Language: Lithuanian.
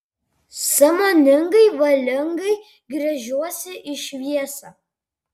sąmoningai valingai gręžiuosi į šviesą